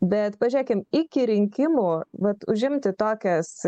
bet pažėkim iki rinkimų vat užimti tokias